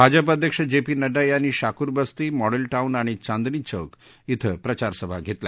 भाजपा अध्यक्ष J P Nadda यांनी Shakur Basti model town आणि चांदनी चौक िधे प्रचारसभा घेतल्या